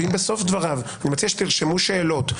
אני מציע שתרשמו שאלות,